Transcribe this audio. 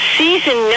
season